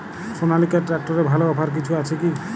সনালিকা ট্রাক্টরে ভালো অফার কিছু আছে কি?